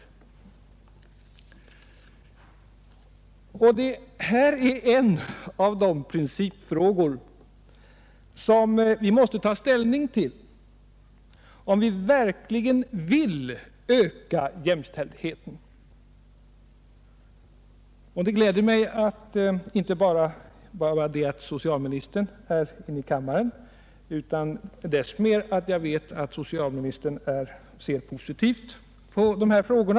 Detta är en av de principfrågor som vi måste ta ställning till om vi verkligen vill öka jämställdheten. Jag är glad inte bara över att socialministern är här i kammaren utan också över att han ser positivt på dessa frågor.